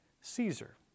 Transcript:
Caesar